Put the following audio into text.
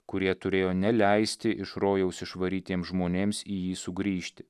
kurie turėjo neleisti iš rojaus išvarytiems žmonėms į jį sugrįžti